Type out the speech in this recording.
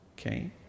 Okay